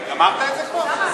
אדוני היושב-ראש, גמרת את זה כבר?